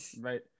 right